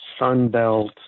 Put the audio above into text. Sunbelt